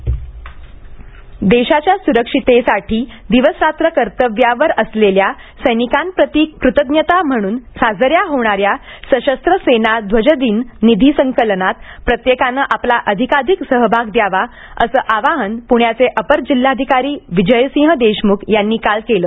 ध्वजदिन देशाच्या सुरक्षिततेसाठी दिवसरात्र कर्तव्यावर असलेल्या सैनिकांप्रती कृतज्ञता म्हणून साजऱ्या होणाऱ्या सशस्त्र सेना ध्वजदिन निधी संकलनात प्रत्येकानं आपला अधिकाधिक सहभाग द्यावा असं आवाहन पुण्याचे अपर जिल्हाधिकारी विजयसिंह देशमुख यांनी काल केलं